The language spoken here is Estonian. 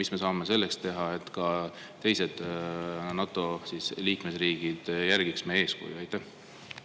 mis me saame selleks teha, et ka teised NATO liikmesriigid järgiksid meie eeskuju? Aitäh!